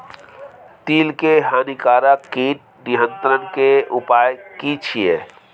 तिल के हानिकारक कीट नियंत्रण के उपाय की छिये?